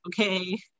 okay